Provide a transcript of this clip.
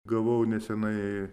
gavau nesenai